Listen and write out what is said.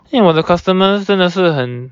因为我的 customers 真的是很